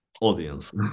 audience